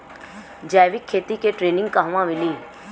जैविक खेती के ट्रेनिग कहवा मिली?